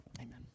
Amen